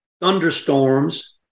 thunderstorms